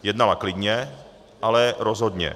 Jednala klidně, ale rozhodně.